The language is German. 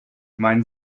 mein